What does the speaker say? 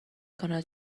کند